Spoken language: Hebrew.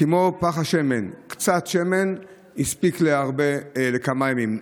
כמו פך השמן, שקצת שמן הספיק לכמה ימים,